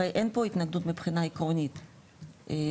הרי אין פה התנגדות מבחינה עקרונית להגדיל,